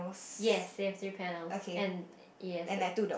yes they have three panels and yes